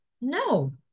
No